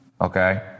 okay